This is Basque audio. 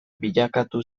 bilakatu